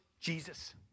Jesus